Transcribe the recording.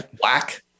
black